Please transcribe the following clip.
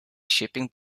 shipping